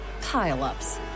pile-ups